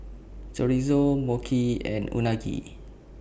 Chorizo Mochi and Unagi